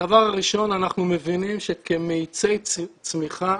הדבר הראשון, אנחנו מבינים שכמאיצי צמיחה